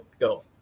go